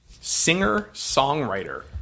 singer-songwriter